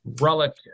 relative